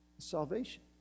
Salvation